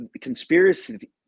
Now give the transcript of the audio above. conspiracy